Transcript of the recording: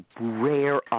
rare